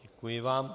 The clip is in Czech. Děkuji vám.